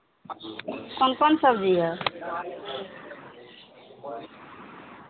कोन कोन सबजी यए